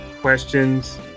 questions